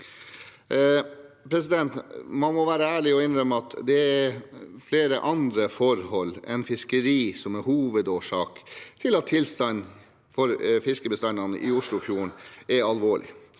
råstoff. Man må være ærlig og innrømme at det er flere andre forhold enn fiskeri som er en hovedårsak til at tilstanden for fiskebestandene i Oslofjorden er alvorlig,